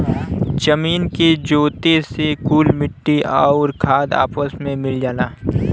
जमीन के जोते से कुल मट्टी आउर खाद आपस मे मिल जाला